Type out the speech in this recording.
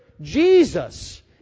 Jesus